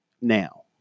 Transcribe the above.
Now